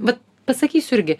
vat pasakysiu irgi